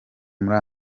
muri